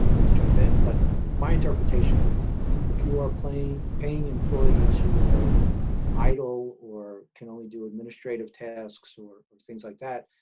please jump in but my interpretation if if you are paying employees who are idle or can only do administrative tasks or or things like that,